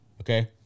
okay